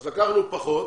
אז לקחנו פחות,